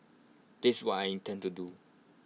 that's what I intend to do